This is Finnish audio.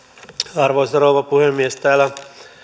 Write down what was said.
arvoisa rouva puhemies täällä